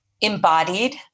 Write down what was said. embodied